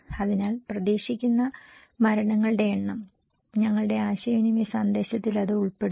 അതിനാൽ പ്രതീക്ഷിക്കുന്ന മരണങ്ങളുടെ എണ്ണം ഞങ്ങളുടെ ആശയവിനിമയ സന്ദേശത്തിൽ അത് ഉൾപ്പെടുന്നു